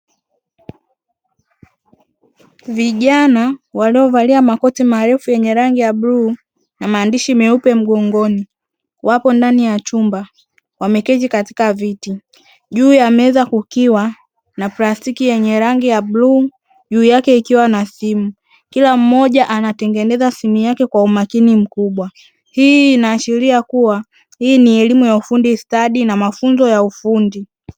Vijana waliovalia makoti marefu yenye rangi ya bluu na maandishi meupe mgongoni, wapo ndani ya chumba wameketika katika viti juu ya meza kukiwa na prastiki yenye rangi ya bluu juu yake ikiwa na simu, kila mmoja anatengeneza simu yake kwa umakini mkubwa, hii inaashilia kuwa hii ni elimu ya ufundi stadi na mafunzo ya ufundi.